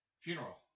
funeral